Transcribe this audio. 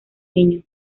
niños